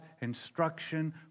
instruction